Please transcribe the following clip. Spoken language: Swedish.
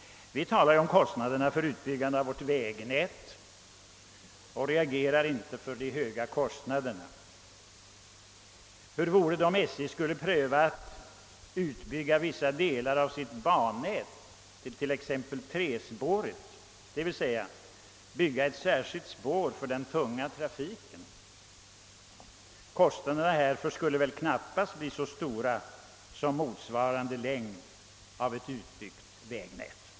Vi talar om kostnaderna för utbyggandet av vägnätet och reagerar inte om dessa blir höga. Hur vore det om SJ skulle pröva att bygga ut vissa delar av sitt bannät till exempelvis tre spår, dvs. anlade ett särskilt spår för den tunga trafiken? Kostnaderna härför skulle knappast bli så stora som för motsvarande utbyggnad i längd av vägnätet.